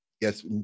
Yes